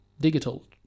Digital